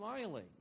smiling